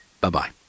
Bye-bye